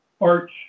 arch